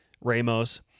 Ramos